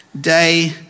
day